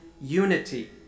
unity